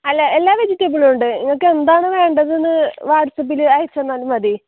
അല്ല എല്ലാ വെജിറ്റബിളും ഉണ്ട് നിങ്ങൾക്ക് എന്താണ് വേണ്ടത് എന്ന് വാഡ്സ്ആപ്പിൽ അയച്ച് തന്നാൽ മതി